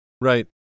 Right